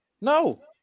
No